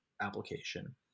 application